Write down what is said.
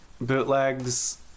bootlegs